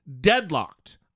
deadlocked